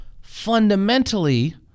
fundamentally